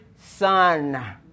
son